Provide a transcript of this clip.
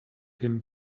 him